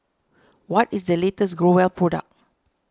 what is the latest Growell product